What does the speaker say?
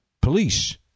police